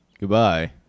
goodbye